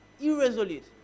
irresolute